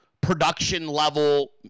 production-level